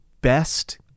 best